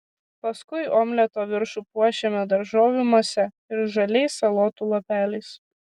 paskui omleto viršų puošiame daržovių mase ir žaliais salotų lapeliais